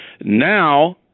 Now